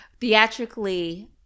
Theatrically